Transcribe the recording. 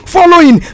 Following